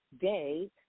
day